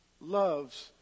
loves